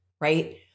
Right